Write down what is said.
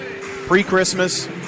pre-Christmas